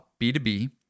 B2B